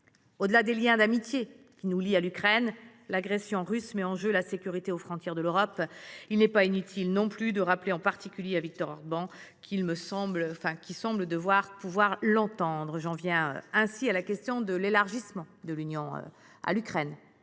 Au delà des liens d’amitié qui nous lient à l’Ukraine, l’agression russe met en jeu la sécurité aux frontières de l’Europe. Il n’est pas inutile de le rappeler, en particulier à Viktor Orbán qui devrait pouvoir entendre cela… J’en viens à la question de l’élargissement de l’Union à l’Ukraine,